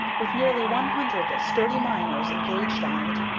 with nearly one hundred sturdy miners engaged on it,